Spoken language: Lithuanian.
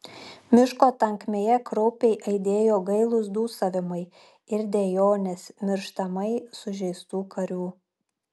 miško tankmėje kraupiai aidėjo gailūs dūsavimai ir dejonės mirštamai sužeistų karių